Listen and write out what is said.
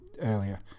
earlier